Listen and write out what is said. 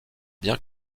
bien